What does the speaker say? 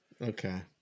Okay